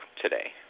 today